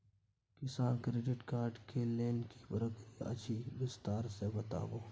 किसान credit card के लेल की प्रक्रिया अछि विस्तार से बताबू?